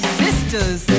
sisters